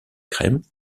crèmes